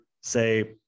say